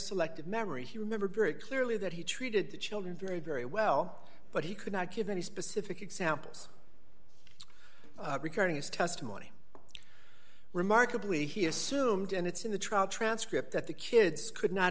selective memory he remembered very clearly that he treated the children very very well but he could not give any specific examples regarding his testimony remarkably he assumed and it's in the trial transcript that the kids could not